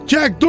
Jack